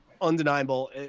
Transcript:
Undeniable